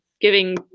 giving